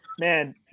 man